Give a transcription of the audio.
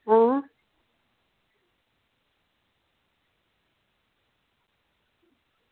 आं